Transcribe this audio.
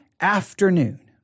afternoon